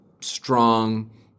strong